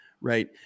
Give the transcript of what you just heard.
right